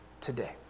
today